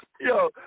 Yo